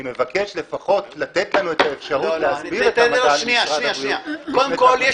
אני מבקש לפחות לתת לנו את האפשרות- -- קודם כל,